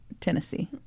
Tennessee